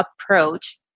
approach